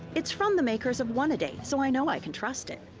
it's from the makers of one-a-day, so i know i can trust it.